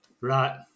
Right